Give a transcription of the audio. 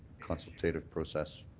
consultative process,